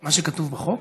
מה שכתוב בחוק?